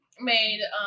made